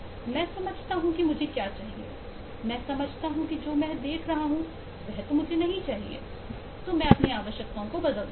मैं समझता हूं कि मुझे क्या चाहिए मैं समझता हूं कि जो मैं देख रहा हूं वह मुझे नहीं चाहिए तो मैं अपनी आवश्यकताओं को बदल रहा हूं